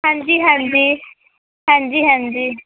ਹਾਂਜੀ ਹਾਂਜੀ ਹਾਂਜੀ ਹਾਂਜੀ